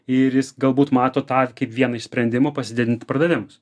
ir jis galbūt mato tą kaip vieną iš sprendimų pasididint pardavimus